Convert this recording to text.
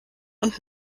und